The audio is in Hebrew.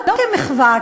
לא כמחווה,